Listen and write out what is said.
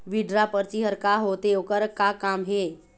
Withdraw परची हर का होते, ओकर का काम हे?